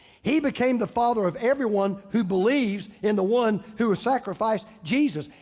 he became the father of everyone who believes in the one who ah sacrificed jesus.